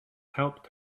helped